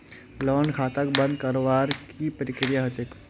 loan खाताक बंद करवार की प्रकिया ह छेक